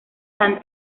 san